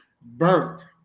Burnt